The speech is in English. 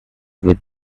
with